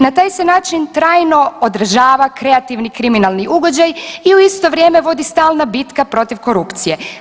Na taj se način trajno odražava kreativni kriminali ugođaj ili u isto vrijeme vodi stalna bitka protiv korupcije.